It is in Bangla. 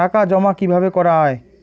টাকা জমা কিভাবে করা য়ায়?